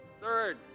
Third